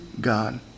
God